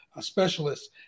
Specialists